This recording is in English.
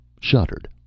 shuddered